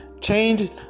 Change